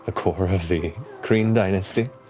ah core of the kryn dynasty.